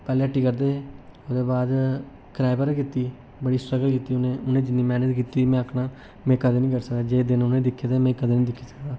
पैह्ले हट्टी करदे हे ओह्दे बाद कराए पर कीती बड़ी स्टगल कीती उ'नें उ'नें जिन्नी मैह्नत कीती में आखना में कदें निं करी सकदा जे दिन उ'नें दिक्खे दे न में निं दिक्खी सकदा